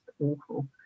awful